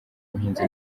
buhinzi